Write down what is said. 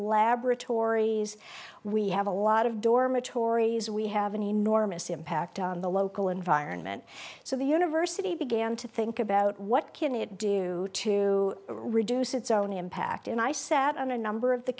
laboratories we have a lot of dormitories we have an enormous impact on the local environment so the university began to think about what can it do to reduce its own impact and i sat on a number of the